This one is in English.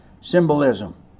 symbolism